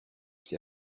qui